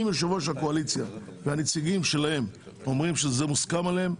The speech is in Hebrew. אם יושב ראש הקואליציה והנציגים שלהם אומרים שזה מוסכם עליהם,